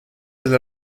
del